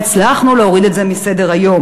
והצלחנו להוריד את זה מסדר-היום,